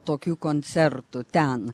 tokių koncertų ten